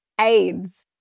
aids